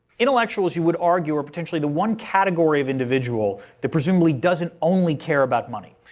intellectuals, you would argue, are potentially the one category of individual that presumably doesn't only care about money,